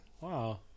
Wow